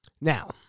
Now